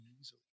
easily